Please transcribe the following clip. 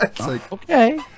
Okay